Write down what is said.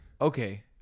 okay